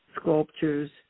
sculptures